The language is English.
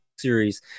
series